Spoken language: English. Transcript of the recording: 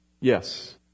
Yes